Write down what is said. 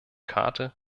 karte